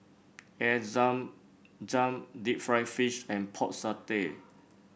Air Zam Zam Deep Fried Fish and Pork Satay